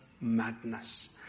madness